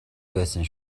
байсан